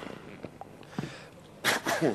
בבקשה.